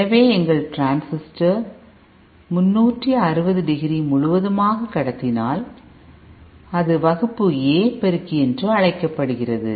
எனவே எங்கள் transistor 360 degree முழுவதுமாக கடத்தினால் அது வகுப்பு A பெருக்கி என்று அழைக்கப்படுகிறது